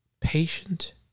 patient